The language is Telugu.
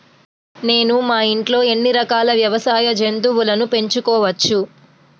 నేను మా ఇంట్లో ఎన్ని రకాల వ్యవసాయ జంతువులను పెంచుకోవచ్చు?